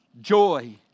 joy